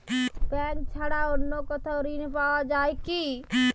Bank ছাড়া অন্য কোথাও ঋণ পাওয়া যায় কি?